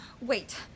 wait